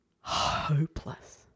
Hopeless